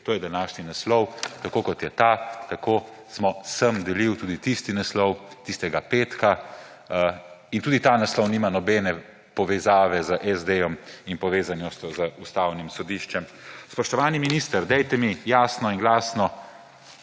To je današnji naslov, tako kot je ta, tako sem delil tudi tisti naslov tistega petka in tudi ta naslov nima nobene povezave z SD in povezanostjo z Ustavnim sodiščem. Spoštovani minister, dajte mi jasno in glasno